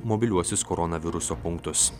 mobiliuosius koronaviruso punktus